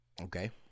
Okay